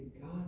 God